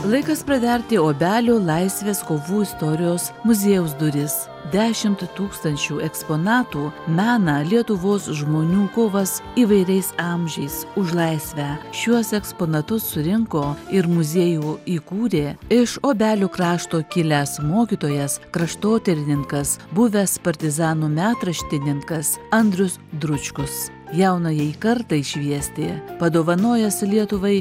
laikas praverti obelių laisvės kovų istorijos muziejaus duris dešimt tūkstančių eksponatų mena lietuvos žmonių kovas įvairiais amžiais už laisvę šiuos eksponatus surinko ir muziejų įkūrė iš obelių krašto kilęs mokytojas kraštotyrininkas buvęs partizanų metraštininkas andrius dručkus jaunajai kartai šviesti padovanojęs lietuvai